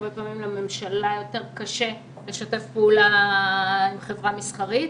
הרבה פעמים לממשלה יותר קשה לשתף פעולה עם חברה מסחרית,